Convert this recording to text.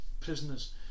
prisoners